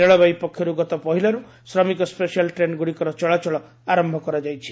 ରେଳବାଇ ପକ୍ଷରୁ ଗତ ପହିଲାରୁ ଶ୍ରମିକ ସ୍କେଶାଲ୍ ଟ୍ରେନ୍ଗୁଡ଼ିକର ଚଳାଚଳ ଆରମ୍ଭ କରାଯାଇଛି